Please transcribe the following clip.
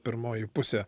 pirmoji pusė